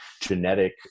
genetic